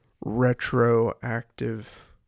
retroactive